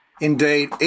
Indeed